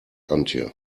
antje